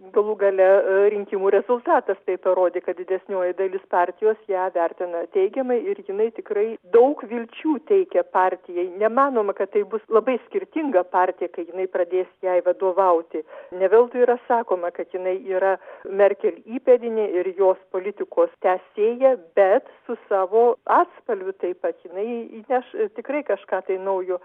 galų gale rinkimų rezultatas tai parodė kad didesnioji dalis partijos ją vertina teigiamai ir jinai tikrai daug vilčių teikia partijai nemanoma kad tai bus labai skirtinga partija kai jinai pradės jai vadovauti ne veltui yra sakoma kad jinai yra merkel įpėdinė ir jos politikos tęsėja bet su savo atspalviu taip pat jinai įneš tikrai kažką tai naujo